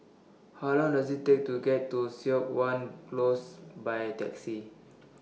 How Long Does IT Take to get to Siok Wan Close By Taxi